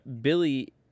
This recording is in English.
Billy